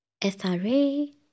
SRA